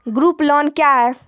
Group loan क्या है?